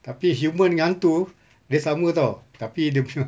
tapi human punya hantu dia sama tahu tapi dia punya